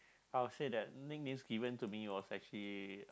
I will say that nicknames given to me was actually